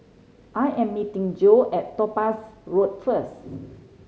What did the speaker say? I am meeting Joe at Topaz Road first